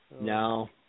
No